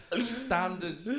standard